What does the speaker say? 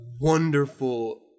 wonderful